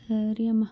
ಸರಿಯಮ್ಮ